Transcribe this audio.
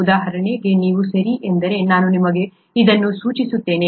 ಉದಾಹರಣೆಗೆ ನೀವು ಸರಿ ಎಂದರೆ ನಾನು ನಿಮಗೆ ಇದನ್ನು ಸೂಚಿಸುತ್ತೇನೆ